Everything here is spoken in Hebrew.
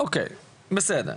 אוקיי, בסדר.